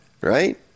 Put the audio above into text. Right